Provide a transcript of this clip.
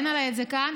אין עליי את זה כאן.